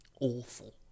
awful